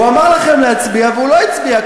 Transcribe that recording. הוא אמר לכם להצביע והוא לא הצביע,